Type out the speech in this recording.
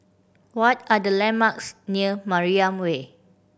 what are the landmarks near Mariam Way